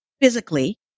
physically